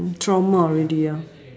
in trauma already ya